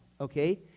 okay